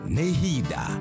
Nehida